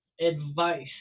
advice